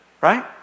right